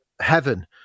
heaven